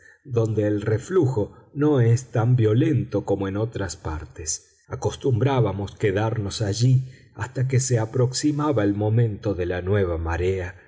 donde el reflujo no es tan violento como en otras partes acostumbrábamos quedarnos allí hasta que se aproximaba el momento de la nueva marea